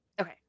Okay